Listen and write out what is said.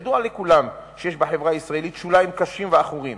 ידוע לכולם שיש בחברה הישראלית שוליים קשים ועכורים